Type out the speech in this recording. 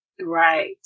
right